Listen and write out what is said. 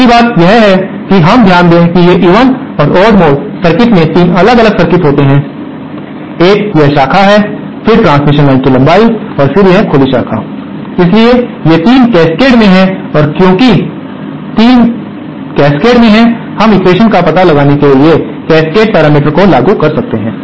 दूसरी बात यह है कि हम ध्यान दें कि ये इवन और ओड मोड सर्किट में 3 अलग अलग सर्किट होते हैं एक यह शाखा है फिर ट्रांसमिशन लाइन्स की लंबाई और फिर से एक खुली शाखा है इसलिए ये 3 कैस्केड में हैं और क्योंकि 3 में हैं कैस्केड हम एक्वेशन्स का पता लगाने के लिए कैस्केड पैरामीटर्स को लागू कर सकते हैं